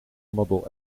model